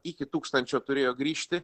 iki tūkstančio turėjo grįžti